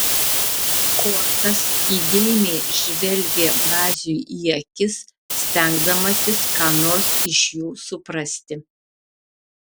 korkas įdėmiai žvelgė braziui į akis stengdamasis ką nors iš jų suprasti